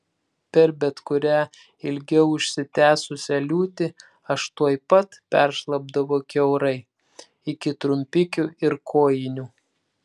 per bet kurią ilgiau užsitęsusią liūtį aš tuoj pat peršlapdavau kiaurai iki trumpikių ir kojinių